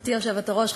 גברתי היושבת-ראש,